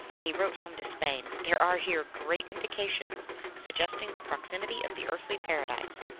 and he wrote home to spain, there are here great indications suggesting the proximity of the earthly paradise,